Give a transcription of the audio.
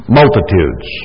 multitudes